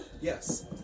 Yes